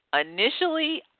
initially